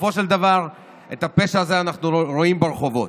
בסופו של דבר את הפשע הזה אנחנו רואים ברחובות.